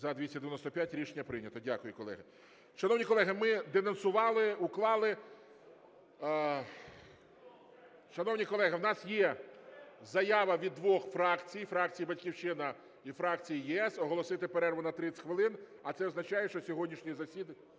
За-295 Рішення прийнято. Дякую, колеги. Шановні колеги, ми денонсували, уклали. Шановні колеги, у нас є заява від двох фракцій, фракції "Батьківщина" і фракції "ЄС", оголосити перерву на 30 хвилин, а це означає, що сьогоднішнє засідання...